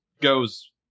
goes